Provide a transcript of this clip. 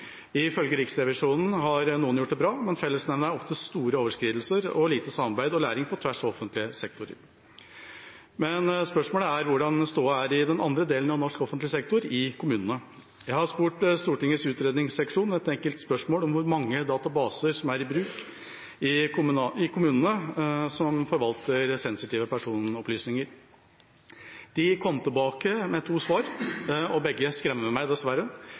Ifølge Riksrevisjonen har noen gjort det bra, men fellesnevneren er ofte store overskridelser og lite samarbeid og læring på tvers av offentlige sektorer. Men spørsmålet er hvordan stoda er i den andre delen av norsk offentlig sektor, i kommunene. Jeg har stilt Stortingets utredningsseksjon ett enkelt spørsmål, om hvor mange databaser som er i bruk i kommunene, som forvalter sensitive personopplysninger. De kom tilbake med to svar og begge skremmer meg, dessverre.